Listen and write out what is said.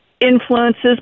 influences